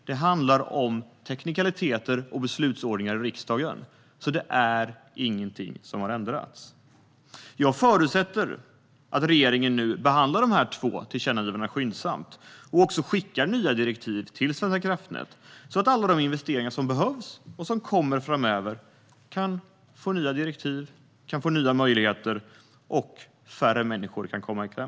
Det handlar om teknikaliteter och beslutsordningar i riksdagen. Det är alltså ingenting som har ändrats. Jag förutsätter att regeringen nu behandlar de här två tillkännagivandena skyndsamt och skickar nya direktiv till Svenska kraftnät så att alla de investeringar som behövs och som kommer framöver kan få nya direktiv och nya möjligheter så att färre människor ska komma i kläm.